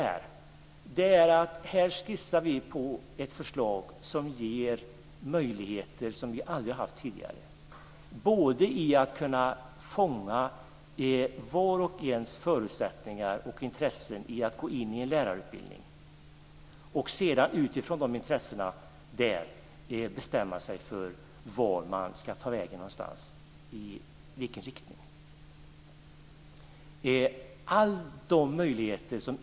Här skissar vi på ett förslag som ger möjligheter som vi aldrig haft tidigare att kunna fånga vars och ens förutsättningar för och intresse av att gå in i en lärarutbildning och sedan utifrån de intressena bestämma vart man ska ta vägen, i vilken riktning man ska gå.